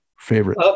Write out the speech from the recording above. favorite